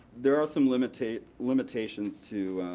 there are some limitations limitations to